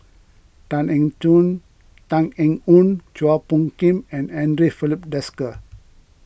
Tan Eng Joon Tan Eng Yoon Chua Phung Kim and andre Filipe Desker